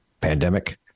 pandemic